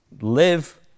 live